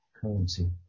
currency